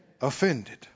Offended